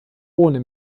ohne